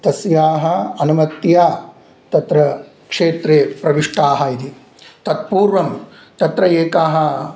तस्याः अनुमत्या तत्र क्षेत्रे प्रविष्टाः इति तत्पूर्वं तत्र एकः